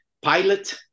pilot